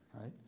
right